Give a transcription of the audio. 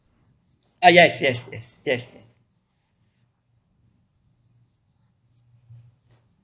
ah yes yes yes yes ya